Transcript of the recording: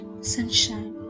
sunshine